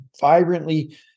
vibrantly